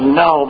no